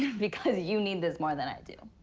because you need this more than i do.